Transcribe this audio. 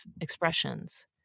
expressions